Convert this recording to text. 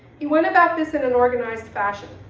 he went about this in an organized fashion.